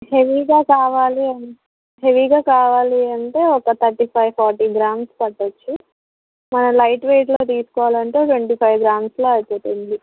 హెవీగా కావాలి హెవీగా కావాలంటే ఒక థర్టీ ఫైవ్ ఫార్టీ గ్రామ్స్ పట్టవచ్చు మనం లైట్వైట్లో తీసుకోవాలి అంటే ట్వంటీ ఫైవ్ గ్రామ్స్లో అయిపోతుంది